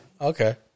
Okay